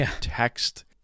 text